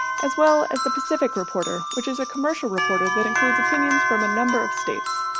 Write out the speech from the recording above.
as well as the pacific reporter, which is a commercial reporter that includes opinions from a number of states.